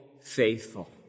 faithful